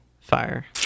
Fire